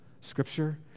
Scripture